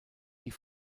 die